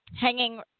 hanging